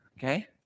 Okay